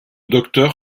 docteur